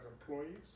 employees